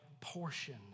portion